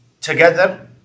together